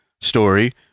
story